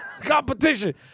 competition